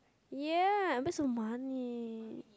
ya waste your money